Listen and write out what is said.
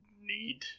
need